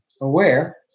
aware